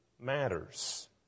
matters